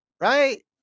right